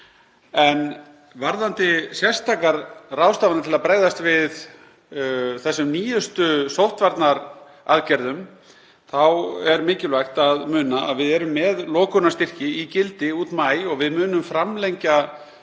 Varðandi sérstakrar ráðstafanir til að bregðast við nýjustu sóttvarnaaðgerðum er mikilvægt að muna að við erum með lokunarstyrki í gildi út maí og við munum framlengja